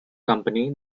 company